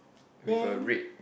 then